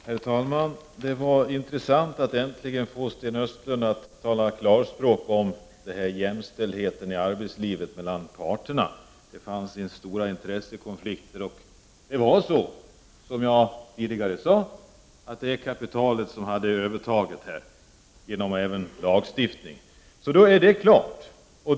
Herr talman! Det var intressant att äntligen få höra Sten Östlund tala klarspråk om jämställdheten mellan parterna i arbetslivet. Det finns stora intressekonflikter, sade han, och han medgav nu det som jag sade tidigare, att kapitalet har övertaget, även genom lagstiftning. Så då är det klart.